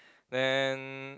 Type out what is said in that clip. then